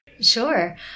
Sure